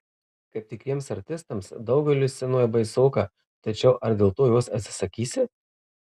kaip tikriems artistams daugeliui scenoje baisoka tačiau ar dėl to jos atsisakysi